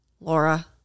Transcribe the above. Laura